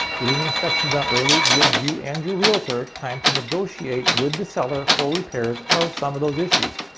getting the inspections done early gives you and your realtor time to negotiate with the seller for repairs of some of those issues.